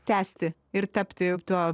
tęsti ir tapti tuo